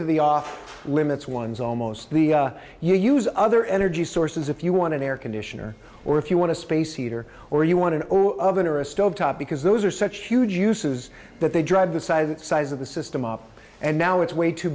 to the off limits ones almost the you use other energy sources if you want an air conditioner or if you want to space heater or you want to or a stove top because those are such huge uses that they drive the side of the size of the system up and now it's way too